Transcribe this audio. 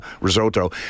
risotto